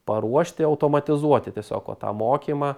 paruošti automatizuoti tiesiog va tą mokymą